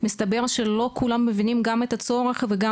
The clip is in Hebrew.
מסתבר שלא כולם מבינים גם את הצורך וגם